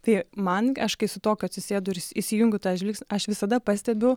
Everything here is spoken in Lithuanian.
tai man aš kai su tokiu atsisėdu ir įsijungiu tą žvilgsnį aš visada pastebiu